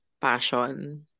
passion